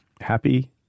happy